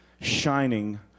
shining